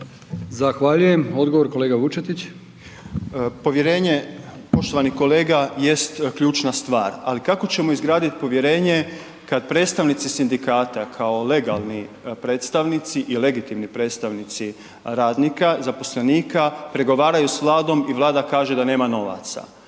Zahvaljujem. Odgovor, kolega Borić,